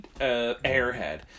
airhead